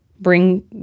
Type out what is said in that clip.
bring